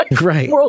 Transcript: right